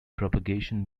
propagation